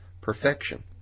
perfection